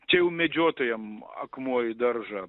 čia jau medžiotojam akmuo į daržą